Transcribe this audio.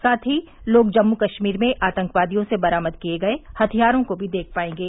साथ ही लोग जम्म् कश्मीर में आतंकवादियों से बरामद किए गए हथियारों को भी देख पाएंगे